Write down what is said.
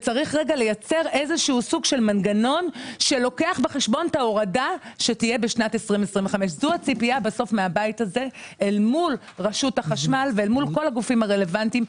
וצריך לייצר סוג של מנגנון שלוקח בחשבון את ההורדה שתהיה בשנת 2025. זו הציפייה מהבית הזה מול רשות החשמל ומול כל הגופים הרלוונטיים,